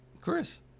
Chris